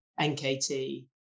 NKT